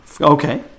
Okay